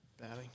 batting